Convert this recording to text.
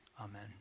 Amen